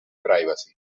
privacy